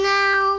now